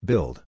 Build